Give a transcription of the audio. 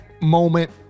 moment